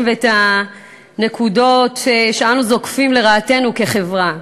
ואת הנקודות שאנו זוקפים לרעתנו כחברה.